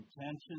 intention